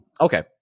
Okay